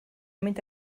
mynd